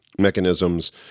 mechanisms